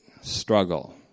struggle